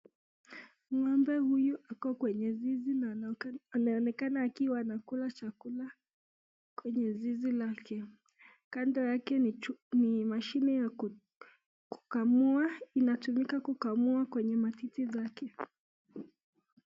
Ng'ombe huyu ako kwenye zizi na anaonekana akiwa anakula chakula kwenye zizi lake, kando yake ni mashine ya kukamua, inatumika kukamua kwenye matiti zake.